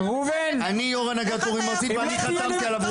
אני יו"ר הנהגת הורים ארצי ואני חתמתי עליו,